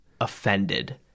offended